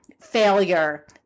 failure